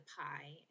pie